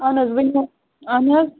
اہَن حظ ؤنِو اہَن حظ